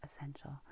essential